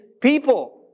people